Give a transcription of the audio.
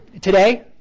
today